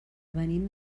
venim